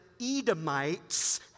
Edomites